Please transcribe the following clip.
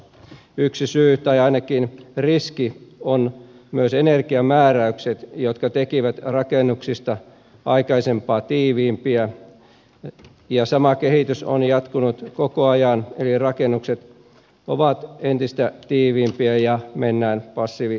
yksi syy tai ainakin riski ovat myös energiamääräykset jotka tekivät rakennuksista aikaisempaa tiiviimpiä ja sama kehitys on jatkunut koko ajan eli rakennukset ovat entistä tiiviimpiä ja mennään passiivitaloihin